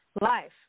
life